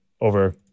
Over